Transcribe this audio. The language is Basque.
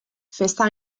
festa